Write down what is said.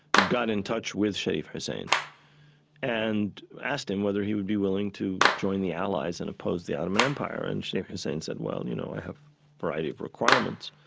got in touch with sharif hussein and asked him whether he would be willing to join the allies and oppose the ottoman empire. and sharif hussein said, well, you know, i have a variety of requirements.